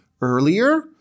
earlier